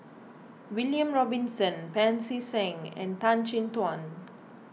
William Robinson Pancy Seng and Tan Chin Tuan